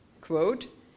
quote